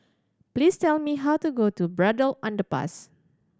please tell me how to go to Braddell Underpass